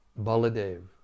Baladev